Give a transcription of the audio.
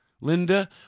Linda